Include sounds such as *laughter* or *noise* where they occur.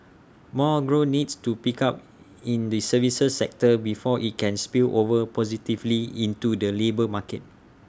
more growth needs to pick up *noise* in the services sector before IT can spill over positively into the labour market